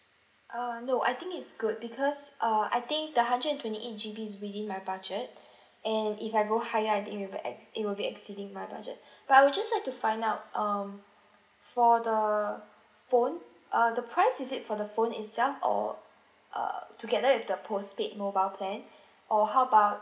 err no I think it's good because uh I think the hundred and twenty eight G_B is within my budget and if I go higher I think it will be expensive it will be exceeding my budget but I will just like to find out um for the phone uh the price is it for the phone itself or uh together with the postpaid mobile plan or how about